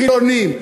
חילונים,